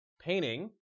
painting